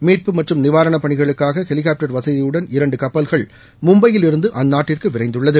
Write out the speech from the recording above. மீட்பு மற்றும் நிவாரண பணிகளுக்காக ஹெலிகாப்டர் வசதியுடன் இரண்டு கப்பல்கள் மும்பையிலிருந்து அந்நாட்டுக்கு விரைந்துள்ளது